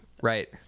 Right